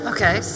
Okay